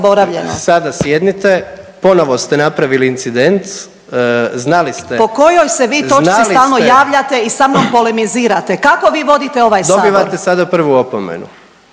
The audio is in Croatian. Sada sjednite, ponovo ste napravili incident, znali ste, znali ste… …/Upadica Vidović Krišto: Po kojoj se vi točci stalno javljate i sa mnom polemizirate, kako vi vodite ovaj sabor?/… Dobivate sada prvu opomenu.